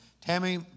Tammy